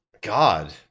God